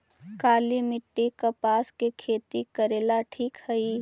काली मिट्टी, कपास के खेती करेला ठिक हइ?